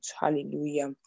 Hallelujah